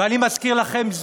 ואני מזכיר לכם,